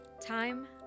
Time